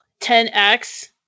10x